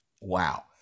Wow